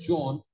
John